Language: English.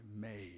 made